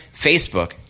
Facebook